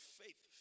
faith